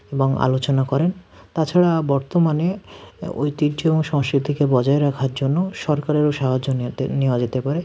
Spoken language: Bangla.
এবং আলোচনা করেন তাছাড়া বর্তমানে ঐতিহ্য এবং সংস্কৃতিকে বজায় রাখার জন্য সরকারেরও সাহায্য নেয়াতে নেওয়া যেতে পারে